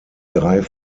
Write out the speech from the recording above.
drei